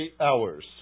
hours